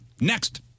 Next